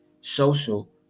social